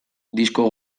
disko